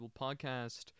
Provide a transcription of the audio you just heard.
Podcast